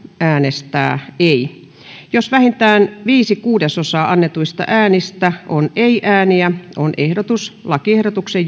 äänestää ei jos vähintään viisi kuudesosaa annetuista äänistä on ei ääniä on ehdotus lakiehdotuksen